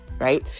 right